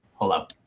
hello